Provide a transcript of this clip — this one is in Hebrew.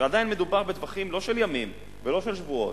ועדיין מדובר בטווחים לא של ימים ולא של שבועות,